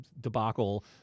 debacle